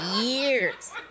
years